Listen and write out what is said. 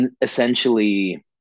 essentially